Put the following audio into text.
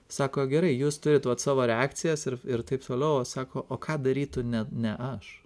sako gerai jūs turit vat savo reakcijas ir ir taip toliau o sako o ką darytų ne ne aš